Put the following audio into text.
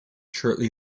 shortly